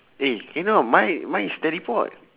eh cannot mine mine is teleport